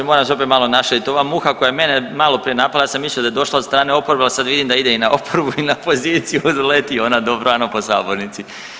Moram se opet malo našaliti, ova muha koja mene maloprije napala, ja sam mislio da je došla od strane oporbe, ali sad vidim da ide i na oporbu i na poziciju i leti ona dobrano po sabornici.